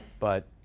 but